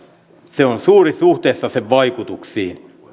se on suuri suhteessa sen vaikutuksiin